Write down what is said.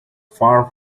far